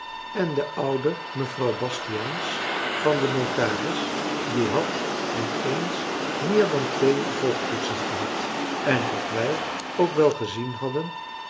en de oude mevrouw bastiaans van den notaris die had niet eens meer dan twee volgkoetsen gehad en of wij ook wel gezien hadden